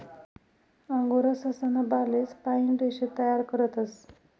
angora ससा ना बालेस पाइन रेशे तयार करतस